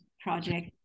project